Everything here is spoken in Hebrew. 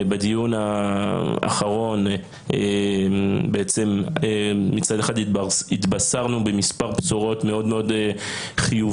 בדיון האחרון מצד אחד התבשרנו במספר בשורות מאוד חיוביות